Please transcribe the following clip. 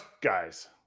guys